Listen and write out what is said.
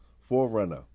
forerunner